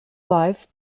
life